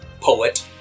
poet